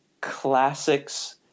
classics